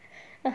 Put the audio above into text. (uh huh)